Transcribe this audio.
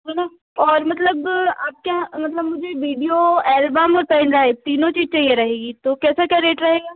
है ना और मतलब आपके यहाँ मतलब मुझे वीडियो एल्बम पैन ड्राइब तीनो चीज चाहिए रहेगी तो कैसा क्या रेट रहेगा